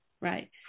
right